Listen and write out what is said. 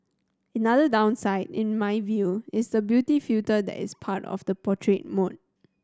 another downside in my view is the beauty filter that is part of the portrait mode